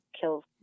kills